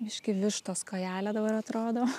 biški vištos kojelė dabar atrodo